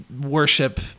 worship